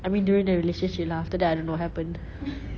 I mean during the relationship lah after that I don't know what happened